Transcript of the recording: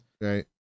right